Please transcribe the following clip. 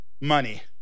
money